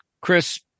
Chris